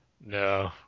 No